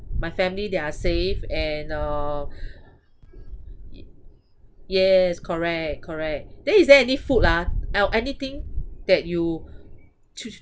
my family they are safe and uh ye~ yes correct correct then is there any food ah el~ anything that you choose